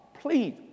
Please